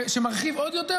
שמרחיב עוד יותר,